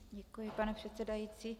Děkuji, pane předsedající.